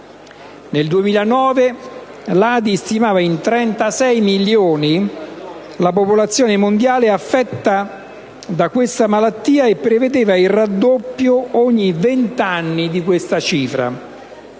Nel 2009 l'ADI stimava in 36 milioni la popolazione mondiale affetta da questa malattia e prevedeva il raddoppio di questa cifra